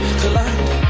collide